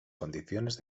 condiciones